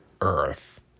earth